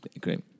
Great